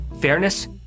fairness